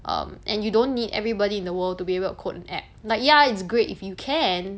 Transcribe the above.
um and you don't need everybody in the world to be able to code an app like ya it's great if you can